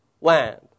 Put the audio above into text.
land